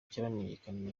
kiramenyekana